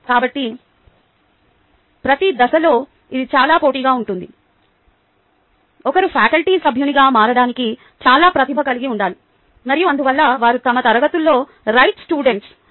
కాబట్టి ప్రతి దశలో ఇది చాలా పోటీగా ఉంటుంది ఒకరు ఫ్యాకల్టీ సభ్యునిగా మారడానికి చాలా ప్రతిభ కలిగి ఉండాలి మరియు అందువల్ల వారు తమ తరగతుల్లో రైట్ స్టూడెంట్స్